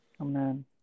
Amen